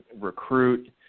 recruit